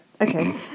Okay